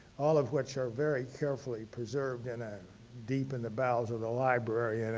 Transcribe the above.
all of which are very carefully preserved in a deep in the bowels of the library, and